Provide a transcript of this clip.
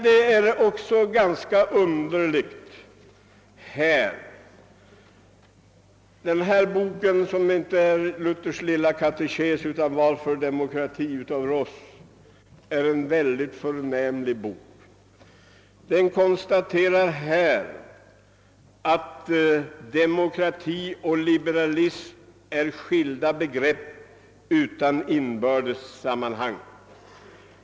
Den bok som jag håller i min hand — det är inte Luthers Lilla katekes utan »Varför demokrati» av Alf Ross — är en förnämlig bok. Ross konstaterar att demokrati och liberalism är skilda begrepp utan inbördes sammanhang.